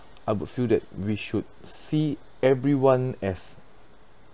I would feel that we should see everyone as